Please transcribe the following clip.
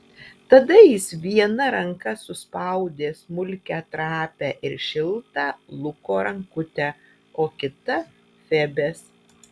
tada jis viena ranka suspaudė smulkią trapią ir šiltą luko rankutę o kita febės